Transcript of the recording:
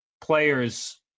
players